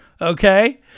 Okay